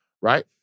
Right